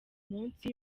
munsi